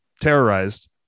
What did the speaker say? terrorized